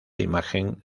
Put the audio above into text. imagen